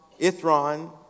Ithron